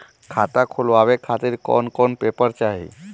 खाता खुलवाए खातिर कौन कौन पेपर चाहीं?